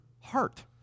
heart